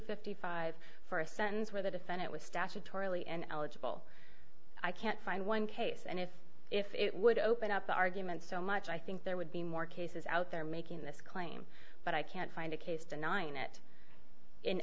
fifty five dollars for a sense where the defendant was statutorily and eligible i can't find one case and if if it would open up the argument so much i think there would be more cases out there making this claim but i can't find a case denying it